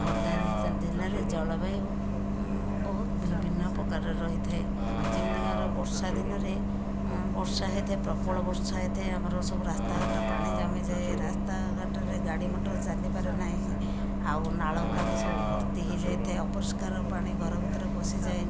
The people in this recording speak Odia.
ଖୋର୍ଦ୍ଧା ଜିଲ୍ଲାରେ ଜଳବାୟୁ ବହୁତ ବିଭିନ୍ନ ପ୍ରକାରର ରହିଥାଏ ଯେମିତିକା ବର୍ଷା ଦିନରେ ବର୍ଷା ହୋଇଥାଏ ପ୍ରବଳ ବର୍ଷା ହୋଇଥାଏ ଆମର ସବୁ ରାସ୍ତାଘାଟ ପାଣି ଜମିଯାଏ ରାସ୍ତା ଘାଟରେ ଗାଡ଼ି ମଟର ଚାଲିପାରେନାହିଁ ଆଉ ନାଳଗୁଡ଼ାକ ସବୁ ଭର୍ତ୍ତି ହୋଇଯାଇଥାଏ ଅପରିଷ୍କାର ପାଣି ଘର ଭିତରେ ପଶିଯାଏ